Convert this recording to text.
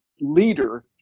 leader